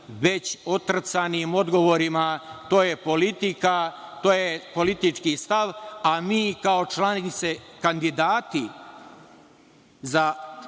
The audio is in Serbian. već otrcanim odgovorima – to je politika, to je politički stav, a mi kao članice kandidati za člana